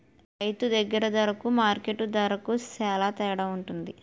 రైతు దగ్గర దరకు మార్కెట్టు దరకు సేల తేడవుంటది